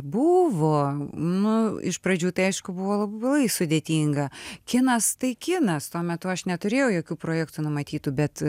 buvo nu iš pradžių tai aišku buvo labai sudėtinga kinas tai kinas tuo metu aš neturėjau jokių projektų numatytų bet